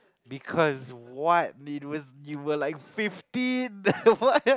because what it was you were like fifteen what